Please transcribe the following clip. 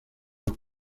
los